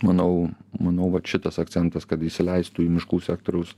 manau manau vat šitas akcentas kad įsileistų į miškų sektoriaus